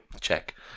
check